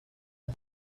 ubu